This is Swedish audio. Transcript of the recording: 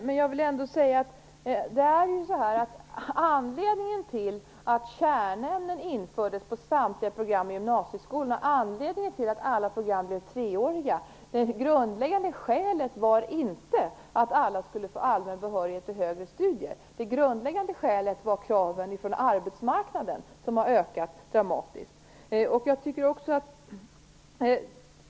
Fru talman! Anledningen till att kärnämnen infördes inom samtliga program i gymnasieskolan och det grundläggande skälet till att alla program blev treåriga var inte att alla skulle få allmän behörighet till högre studier. Det grundläggande skälet var i stället arbetsmarknadens krav, vilka ökat dramatiskt.